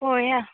पळोवया